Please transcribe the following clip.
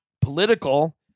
political